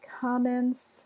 comments